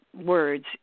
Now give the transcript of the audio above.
words